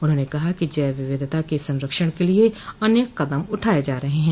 उन्होंने कहा कि जैव विविधता के संरक्षण के लिए अनेक कदम उठाये जा रहे हैं